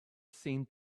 seemed